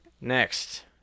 Next